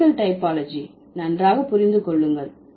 lexical typology நன்றாக புரிந்து கொள்ளுங்கள்